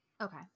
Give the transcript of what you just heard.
okay